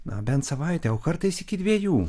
na bent savaitę o kartais iki dviejų